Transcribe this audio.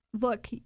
Look